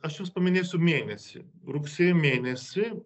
aš jums paminėsiu mėnesį rugsėjo mėnesį